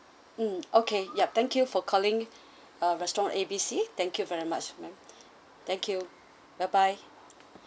mm okay yup thank you for calling uh restaurant A B C thank you very much ma'am thank you bye bye